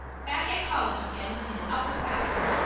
back at college again and an upper classman.